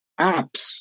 apps